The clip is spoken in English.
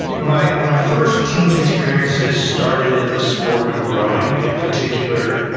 my my first team experiences started in the sport of rowing, in particular,